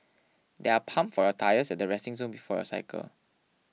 there are pumps for your tyres at the resting zone before your cycle